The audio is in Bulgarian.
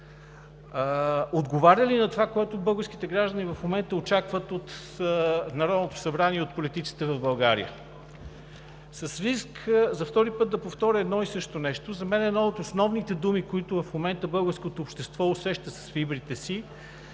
отговаря ли на това, което в момента българските граждани очакват от Народното събрание и от политиците в България? С риск за втори път да повторя едно и също нещо, за мен една от основните думи, които в момента българското общество усеща с фибрите си,